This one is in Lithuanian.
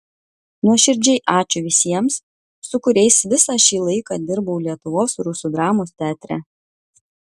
nuoširdžiai ačiū visiems su kuriais visą šį laiką dirbau lietuvos rusų dramos teatre